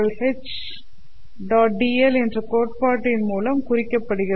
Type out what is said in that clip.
dl என்ற கோட்பாட்டின் மூலம் குறிக்கப்படுகிறது